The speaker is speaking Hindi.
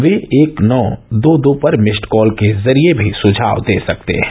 वे एक नौ दो दो पर मिस्ड कॉल के जरिए भी सुझाव दे सकते हैं